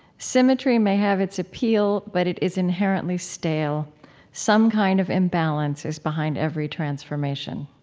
symmetry may have its appeal, but it is inherently stale some kind of imbalance is behind every transformation.